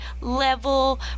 level